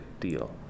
deal